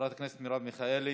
חברת הכנסת מרב מיכאלי,